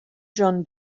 john